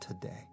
today